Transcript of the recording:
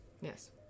Yes